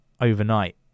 overnight